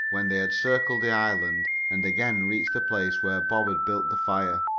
when they had circled the island and again reached the place where bob had built the fire.